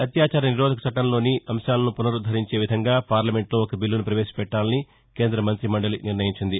అత్యాచార నిరోధక చట్టంలోని అంశాలను పునరుద్దరించే విధంగా పార్లమెంటులో ఒక బీల్లను ప్రవేశపెట్టాలని కేంద మంతి మండలి నిర్ణయించింది